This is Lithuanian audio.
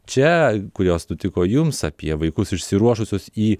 čia kurios nutiko jums apie vaikus išsiruošusius į